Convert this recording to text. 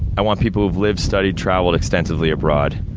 i want people who've lived, studied, traveled extensively abroad.